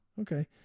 Okay